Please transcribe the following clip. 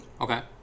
okay